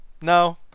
No